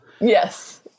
Yes